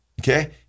okay